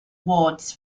wards